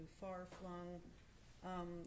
far-flung